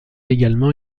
également